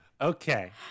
Okay